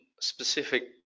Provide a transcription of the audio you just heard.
specific